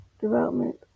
development